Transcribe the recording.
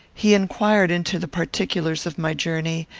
he inquired into the particulars of my journey,